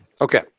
Okay